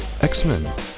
X-Men